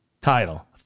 title